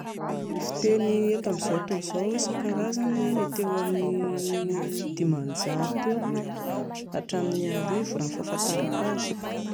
Ny fiteny eto amin'izao tontolo izao isan-karazany mety eo amin'ny diman-jato eo hataramin'ny arivo raha ny fahafantarako azy